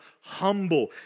humble